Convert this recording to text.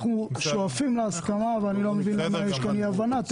אנחנו שואפים להסכמה ואני לא מבין למה יש כאן אי הבנה.